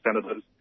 senators